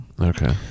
Okay